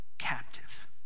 Captive